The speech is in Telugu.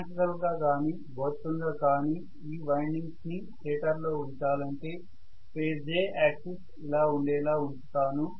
జామెట్రికల్ గా కానీ భౌతికంగా కానీ ఈ వైండింగ్స్ ని స్టేటర్ లో ఉంచాలంటే ఫేజ్ A యాక్సిస్ ఇలా ఉండేలా ఉంచుతాను